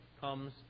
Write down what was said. comes